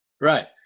Right